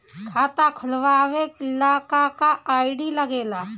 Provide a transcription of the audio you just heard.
खाता खोलवावे ला का का आई.डी लागेला?